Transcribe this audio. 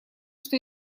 что